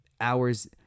hours